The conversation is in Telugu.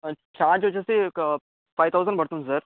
ఛార్జ్ వచ్చేసి ఒక ఫైవ్ థౌజండ్ పడుతుంది సార్